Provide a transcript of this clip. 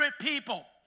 people